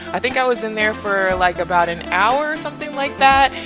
i think i was in there for like about an hour or something like that.